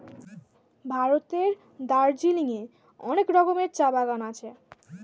ভারতের দার্জিলিং এ অনেক রকমের চা বাগান আছে